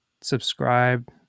Subscribe